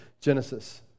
Genesis